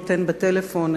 הן בטלפון,